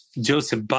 Joseph